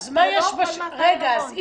זה לא הכול מסל ההריון.